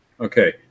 Okay